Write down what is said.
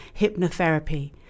hypnotherapy